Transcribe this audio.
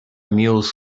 mules